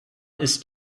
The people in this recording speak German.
ist